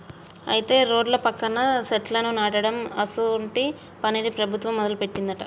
అయితే రోడ్ల పక్కన సెట్లను నాటడం అసోంటి పనిని ప్రభుత్వం మొదలుపెట్టిందట